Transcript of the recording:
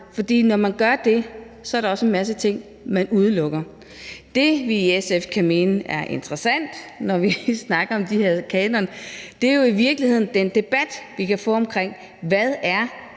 For når man gør det, er der en masse ting, man udelukker. Det, vi i SF kan mene er interessant, når vi snakker om de her kanoner, er jo i virkeligheden den debat, vi kan få om, hvad en